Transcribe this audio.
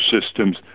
systems